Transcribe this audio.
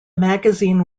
magazine